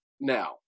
now